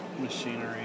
Machinery